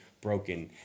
broken